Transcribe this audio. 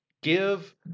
give